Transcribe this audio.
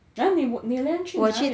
!huh! 你你们去买